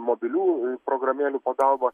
mobilių programėlių pagalba